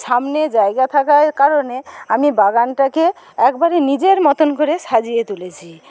সামনে জায়গা থাকার কারণে আমি বাগানটাকে একবারে নিজের মতোন করে সাজিয়ে তুলেছি